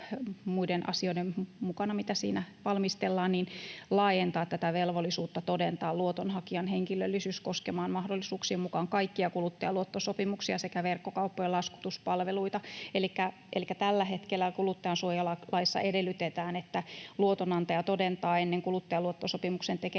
muiden asioiden mukana, mitä siinä valmistellaan, laajentaa tätä velvollisuutta todentaa luotonhakijan henkilöllisyys koskemaan mahdollisuuksien mukaan kaikkia kuluttajaluottosopimuksia sekä verkkokauppojen laskutuspalveluita. Elikkä tällä hetkellä kuluttajansuojalaissa edellytetään, että luotonantaja todentaa ennen kuluttajaluottosopimuksen tekemistä